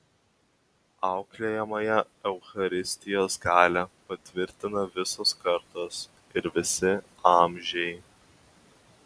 auklėjamąją eucharistijos galią patvirtina visos kartos ir visi amžiai